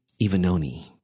Ivanoni